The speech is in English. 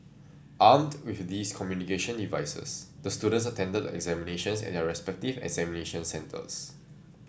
armed with these communication devices the students attended the examinations at their respective examination centres